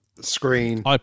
screen